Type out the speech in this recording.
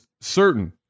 certain